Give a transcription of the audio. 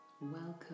Welcome